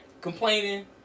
complaining